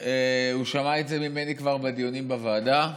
הוא שמע את זה ממני כבר בדיונים בוועדה,